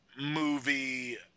movie